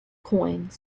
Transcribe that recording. coins